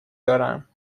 دارم